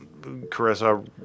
Carissa